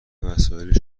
وسایل